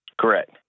Correct